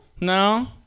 No